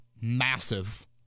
massive